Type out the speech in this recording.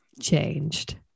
changed